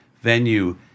venue